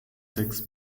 sechs